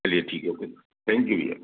चलिए ठीक है ओके थैंक यू भैया